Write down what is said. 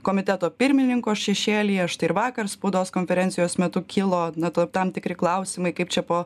komiteto pirmininko šešėlyje štai ir vakar spaudos konferencijos metu kilo na tuo tikri klausimai kaip čia po